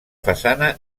façana